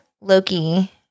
Loki